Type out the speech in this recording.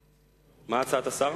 מה הצעת השר?